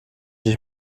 dich